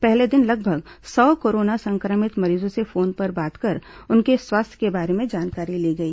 पहले दिन लगभग सौ कोरोना संक्रमित मरीजों से फोन पर बात कर उनके स्वास्थ्य के बारे में जानकारी ली गई